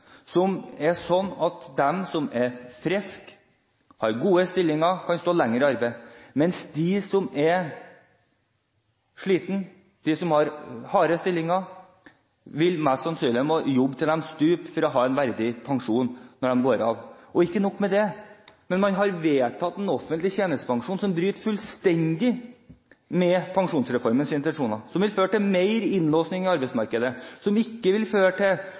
som er sånn at de som er friske og har gode stillinger, kan stå lenger i arbeid, mens de som er slitne og har harde stillinger, mest sannsynlig vil måtte jobbe til de stuper for å ha en verdig pensjon når man går av. Og ikke nok med det: Man har vedtatt en offentlig tjenestepensjon som bryter fullstendig med pensjonsreformens intensjoner, som vil føre til mer innlåsning av arbeidsmarkedet, og som ikke vil føre til